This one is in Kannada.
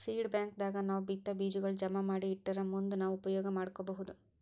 ಸೀಡ್ ಬ್ಯಾಂಕ್ ದಾಗ್ ನಾವ್ ಬಿತ್ತಾ ಬೀಜಾಗೋಳ್ ಜಮಾ ಮಾಡಿ ಇಟ್ಟರ್ ಮುಂದ್ ನಾವ್ ಉಪಯೋಗ್ ಮಾಡ್ಕೊಬಹುದ್